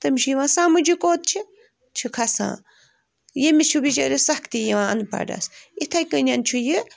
تٔمِس چھُ یِوان سمجھ یہِ کوٚت چھِ چھُ کھسان ییٚمِس چھِ بِچٲرِس سختی یِوان اَنپڑھس یِتھٕے کٔنۍ چھُ یہِ